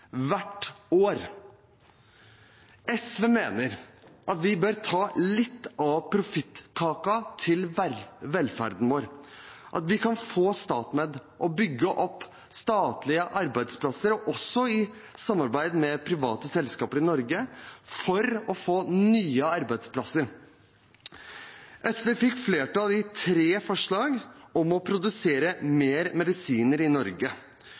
hvert år. SV mener vi bør gi litt av profittkaken til velferden vår, at vi kan få StatMed og bygge opp statlige arbeidsplasser, også i samarbeid med private selskaper i Norge for å få nye arbeidsplasser. SV fikk flertall i tre forslag om å produsere mer medisiner i Norge